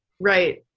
right